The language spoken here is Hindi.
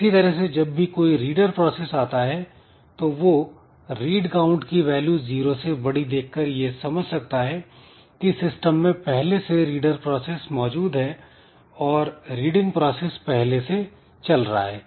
इसी तरह से जब भी कोई रीडर प्रोसेस आता है तो वह "रीड काउंट" की वैल्यू जीरो से बड़ी देखकर यह समझ सकता है कि सिस्टम में पहले से रीडर प्रोसेस मौजूद है और रीडिंग प्रोसेस पहले से चल रहा है